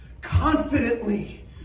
Confidently